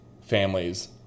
families